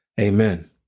Amen